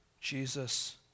Jesus